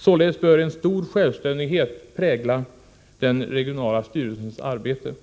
Således bör en stor självständighet prägla den regionala styrelsens arbete.